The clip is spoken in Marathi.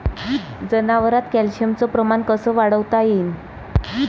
जनावरात कॅल्शियमचं प्रमान कस वाढवता येईन?